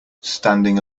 standing